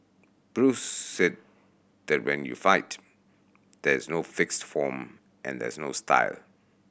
Bruce said that when you fight there is no fixed form and there is no style